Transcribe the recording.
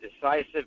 decisive